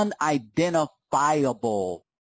unidentifiable